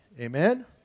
Amen